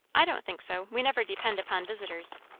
i don't think so. we never depend upon visitors.